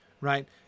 right